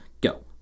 Go